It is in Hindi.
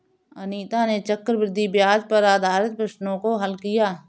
अनीता ने चक्रवृद्धि ब्याज पर आधारित प्रश्नों को हल किया